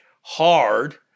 hard